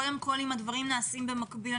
אם הדברים נעשים במקביל,